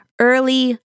early